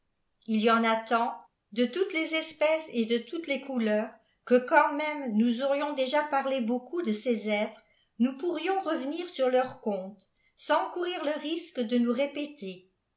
il y en a tant de toutes les espèces et de toutes les couleurs que quân êflïe nous aurions déjà parlé beaucoup de ces êtres nous pouirttts revenir sur leur compte sans courir le risque de nous répéter